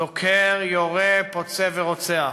דוקר, יורה, פוצע ורוצח.